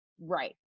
right